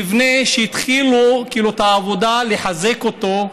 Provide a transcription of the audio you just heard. במבנה בקריות שהתחילו בעבודה לחזק אותו,